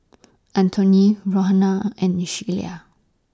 Antoine Rohana and Sheyla